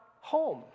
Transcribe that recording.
home